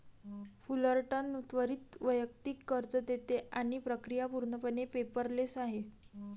Fullerton त्वरित वैयक्तिक कर्ज देते आणि प्रक्रिया पूर्णपणे पेपरलेस आहे